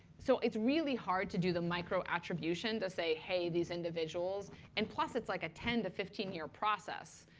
so it's really hard to do the micro attribution, to say, hey, these individuals. and plus, it's like a ten to fifteen year process.